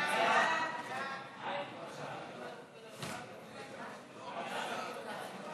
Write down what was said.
חוק קרן קיימת לישראל